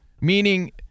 meaning